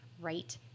right